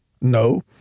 No